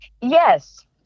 yes